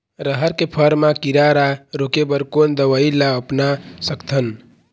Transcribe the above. रहर के फर मा किरा रा रोके बर कोन दवई ला अपना सकथन?